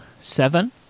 seven